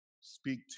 speak